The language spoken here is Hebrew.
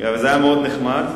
וזה היה מאוד נחמד.